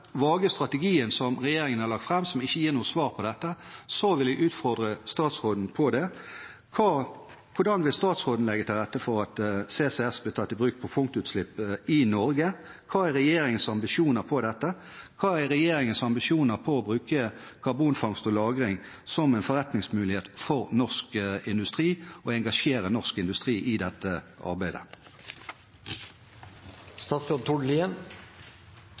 strategien som regjeringen har lagt fram, som ikke gir noe svar på dette, vil jeg utfordre statsråden: Hvordan vil statsråden legge til rette for at CCS blir tatt i bruk på punktutslipp i Norge? Hva er regjeringens ambisjoner på dette feltet? Hva er regjeringens ambisjoner for bruk av karbonfangst og -lagring som en forretningsmulighet for norsk industri, for å engasjere norsk industri i dette arbeidet?